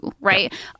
right